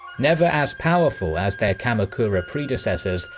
never as powerful as their kamakura predecessors,